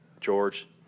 George